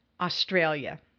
Australia